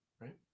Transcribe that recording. right